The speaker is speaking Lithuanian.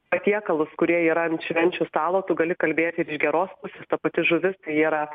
patiekalus kurie yra ant švenčių stalo tu gali kalbėti ir iš geros pusės ta pati žuvis tai yra